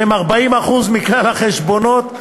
שהם 40% מכלל החשבונות,